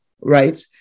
right